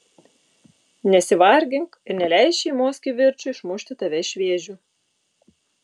nesivargink ir neleisk šeimos kivirčui išmušti tave iš vėžių